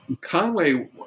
Conway